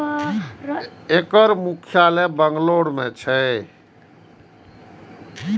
एकर मुख्यालय बेंगलुरू मे छै